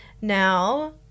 Now